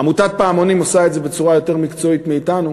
עמותת "פעמונים" עושה את זה בצורה יותר מקצועית מאתנו,